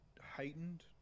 heightened